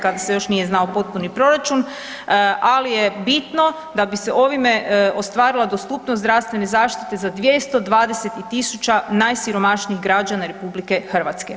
Kada se još nije znao potpuni proračun, ali je bitno da bi se ovime ostvarila dostupnost zdravstvene zaštite za 220 000 najsiromašnijih građana RH.